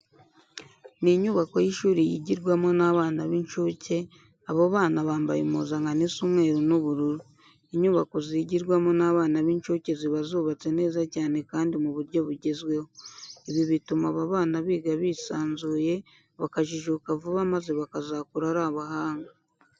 Ni inyubako y'ishuri yigirwamo n'abana b'incuke, abo bana bambaye impuzankano isa umweru n'ubururu. Inyubako zigirwamo n'abana b'incuke ziba zubatse neza cyane kandi mu buryo bugezweho. Ibi bituma aba bana biga bisanzuye, bakajijuka vuba maze bakazakura ari abahanga.